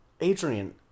Adrian